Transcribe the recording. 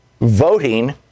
voting